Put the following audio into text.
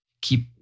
keep